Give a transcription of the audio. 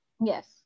Yes